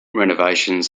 renovations